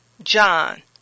John